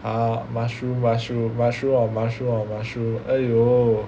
!huh! mushroom mushroom mushroom or mushroom or mushroom !aiyo!